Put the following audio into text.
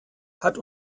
hat